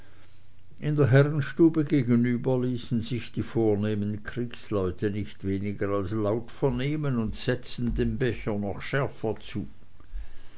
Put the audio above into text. in der herrenstube gegenüber ließen sich die vornehmen kriegsleute nicht weniger laut vernehmen und setzten dem becher noch schärfer zu